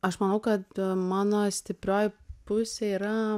aš manau kad mano stiprioji pusė yra